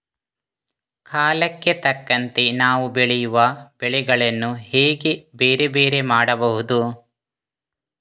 ಕಾಲಕ್ಕೆ ತಕ್ಕಂತೆ ನಾವು ಬೆಳೆಯುವ ಬೆಳೆಗಳನ್ನು ಹೇಗೆ ಬೇರೆ ಬೇರೆ ಮಾಡಬಹುದು?